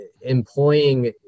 employing